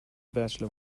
bachelor